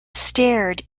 stared